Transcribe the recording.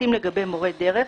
פרטים לגבי מורי דרך,